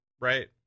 right